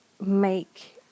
make